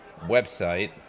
website